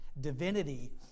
divinity